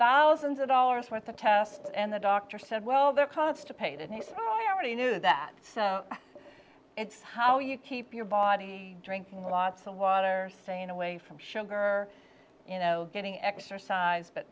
thousands of dollars worth of tests and the doctor said well they're constipated and i already knew that it's how you keep your body drinking lots of water staying away from sugar you know getting exercise but